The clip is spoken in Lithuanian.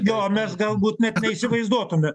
jo mes galbūt net neįsivaizduotumėt